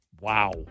Wow